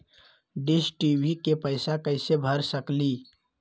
Dish TV के पैईसा कईसे भर सकली?